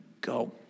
go